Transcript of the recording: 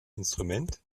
instrument